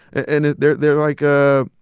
and they're they're like a,